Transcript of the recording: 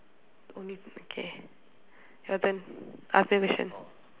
only k your turn ask me question